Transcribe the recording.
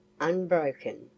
unbroken